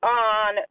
on